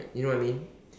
you know what I mean